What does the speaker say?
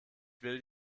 will